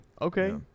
Okay